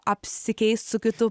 apsikeist su kitu